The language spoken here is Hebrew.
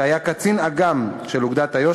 שהיה קצין אג"מ של אוגדת איו"ש,